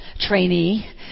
trainee